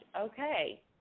okay